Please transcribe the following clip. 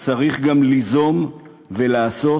צריך גם ליזום ולעשות